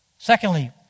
Secondly